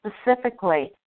specifically